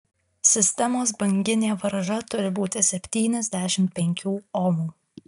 sistemos banginė varža turi būti septyniasdešimt penkių omų